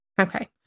Okay